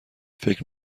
فکر